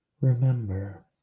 Remember